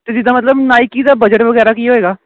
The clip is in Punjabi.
ਅਤੇ ਜਿੱਦਾਂ ਮਤਲਬ ਨਾਇਕੀ ਦਾ ਬਜਟ ਵਗੈਰਾ ਕੀ ਹੋਵੇਗਾ